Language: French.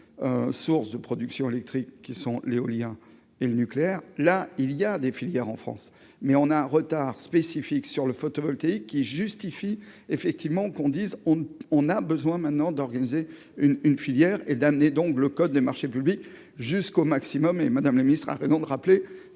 sources de production électrique qui sont l'éolien et le nucléaire, là il y a des filières en France mais on a un retard spécifique sur le photovoltaïque qui justifie effectivement qu'on dise on ne on a besoin maintenant d'organiser une une filière et d'amener donc le code des marchés publics jusqu'au maximum et Madame, le ministre a raison de rappeler